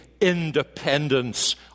independence